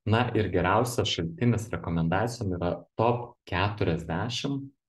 na ir geriausias šaltinis rekomendacijom yra top keturiasdešim